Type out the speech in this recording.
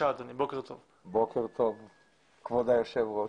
ואני מבקש להודות לכבוד היושב-ראש.